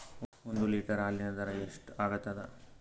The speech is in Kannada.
ಒಂದ್ ಲೀಟರ್ ಹಾಲಿನ ದರ ಎಷ್ಟ್ ಆಗತದ?